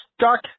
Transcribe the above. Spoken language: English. stuck